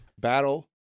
battle